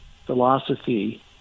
philosophy